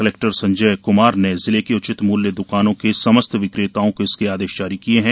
collector Sanjay Kumar ने जिले की उचित मूल्य द्वकानों के समस्त विक्रेताओं को इसके आदेश जारी किए है